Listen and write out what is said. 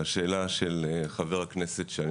לשאלה של חבר הכנסת כץ.